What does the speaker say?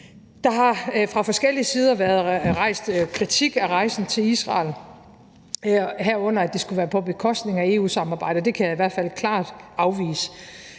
Der har fra forskellige sider været rejst kritik af rejsen til Israel, herunder at det skulle være på bekostning af EU-samarbejdet. Det kan jeg i hvert fald klart afvise.